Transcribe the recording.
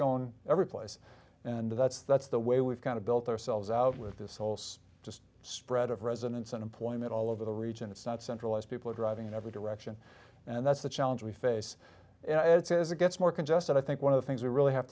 gone everyplace and that's that's the way we've kind of built ourselves out with this old just spread of residence and employment all over the region it's not centralised people are driving in every direction and that's the challenge we face as it gets more congested i think one of the things we really have